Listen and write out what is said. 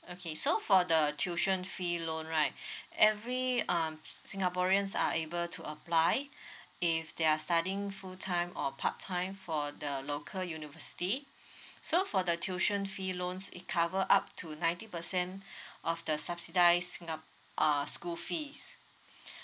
okay so for the tuition fee loan right every um singaporeans are able to apply if they're studying full time or part time for the local university so for the tuition fee loans it cover up to ninety percent of the subsidize singapore uh school fees